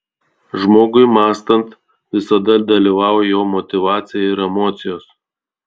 žmogui mąstant visada dalyvauja jo motyvacija ir emocijos